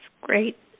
great